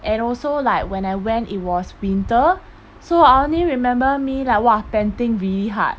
and also like when I went it was winter so I only remember me like !wah! panting really hard